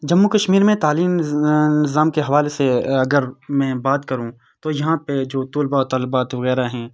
جموں کشمیر میں تعلیم نظام کے حوالے سے اگر میں بات کروں تو یہاں پہ جو طلبہ طالبات وغیرہ ہیں